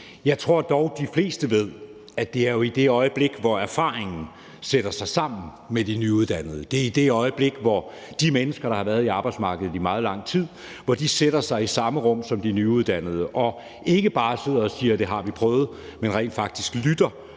Jeg tror dog, at de fleste ved, at det giver noget i det øjeblik, hvor dem med erfaring sætter sig sammen med de nyuddannede, hvor de mennesker, der har været på arbejdsmarkedet i meget lang tid, sætter sig i samme rum som de nyuddannede og ikke bare sidder og siger, at det har de prøvet, men rent faktisk lytter